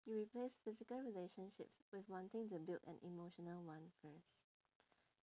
you replaced physical relationships with wanting to build an emotional one first